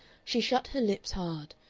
she shut her lips hard,